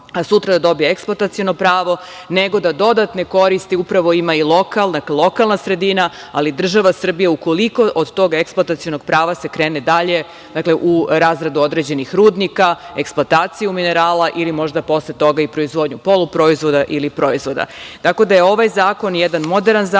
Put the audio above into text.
da dobije eksploataciono pravo, nego da dodatne koristi upravo ima i lokalna sredina, ali i država Srbija ukoliko od tog eksploatacionog prava se krene dalje u razradu određenih rudnika, eksploataciju minirala ili možda posle toga i proizvodnju poluproizvoda ili proizvoda. Tako da je ovaj zakon jedan moderan zakon,